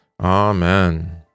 Amen